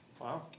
Wow